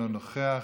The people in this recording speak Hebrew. אינו נוכח,